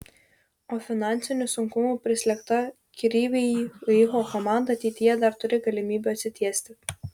o finansinių sunkumų prislėgta kryvyj riho komanda ateityje dar turi galimybių atsitiesti